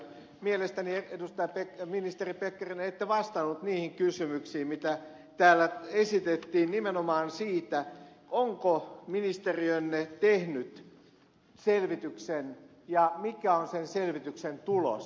mielestäni ministeri pekkarinen ette vastannut niihin kysymyksiin työllistämisvaikutuksista mitä täällä esitettiin nimenomaan siitä onko ministeriönne tehnyt selvityksen ja mikä on sen selvityksen tulos